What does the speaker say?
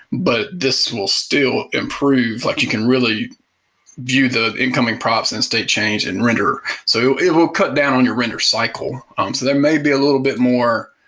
but this will still improve like you can really view the incoming props and state change and render so it will cut down on your render cycle. um so that may be a little bit more,